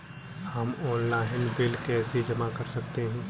हम online bill कैसे जमा कर सकते हैं?